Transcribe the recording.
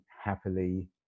happily